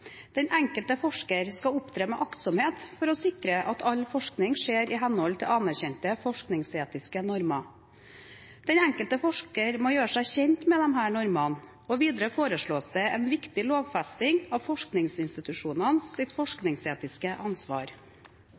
Den enkelte forsker skal opptre med aktsomhet for å sikre at all forskning skjer i henhold til anerkjente forskningsetiske normer. Den enkelte forsker må gjøre seg kjent med disse normene. Videre foreslås det en viktig lovfesting av forskningsinstitusjonenes forskningsetiske ansvar.